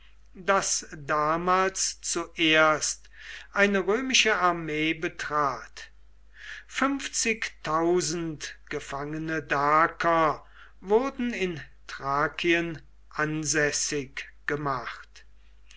das damals zuerst eine römische armee betrat fünfzigtausend gefangene daker wurden in thrakien ansässig gemacht